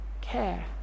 care